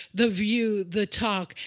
the view, the talk.